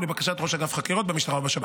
או לבקשת ראש אגף חקירות במשטרה או בשב"כ.